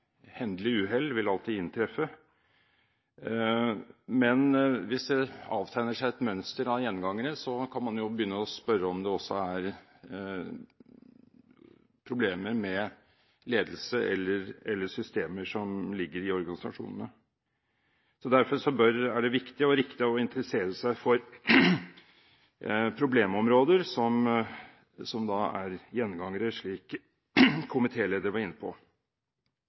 uhell vil alltid inntreffe, men hvis det avtegner seg et mønster av gjengangere, kan man begynne å spørre om det også er problemer med ledelse eller systemer som ligger i organisasjonene. Derfor er det viktig og riktig å interessere seg for problemområder som er gjengangere, slik komitélederen var inne på,